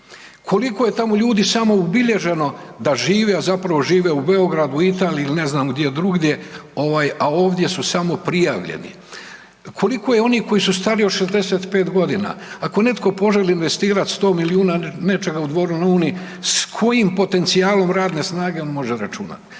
Koliko je tamo ljudi samo ubilježeno žive, a zapravo žive u Beogradu, Italiji ili ne znam gdje druge, a ovdje su samo prijavljeni? Koliko je onih koji su stariji od 65. godina? Ako netko poželi investirati 100 milijuna nečega u Dvoru na Uni s kojim potencijalom radne snage on može računati?